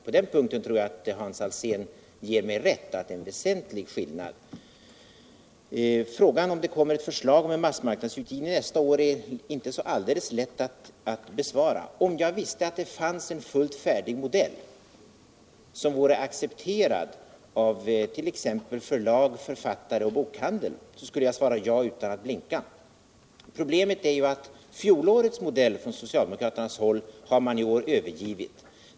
På den punkten tror jag att Hans Alsén ger mig rätt; det är en väsentlig skillnad. Frågan om huruvida det kommer eu förslag om massmarknadsutgivning nästa år är inte så helt lätt att besvara. Om jag visste att det fanns en fullt färdig modell, som vore accepterad av t.ex. förlag, författare och bokhandel, skulle jag svara ja utan att blinka. Problemet är att man från socialdemokraterna i år har övergivit fjolårets modell.